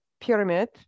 pyramid